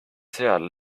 seal